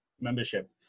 membership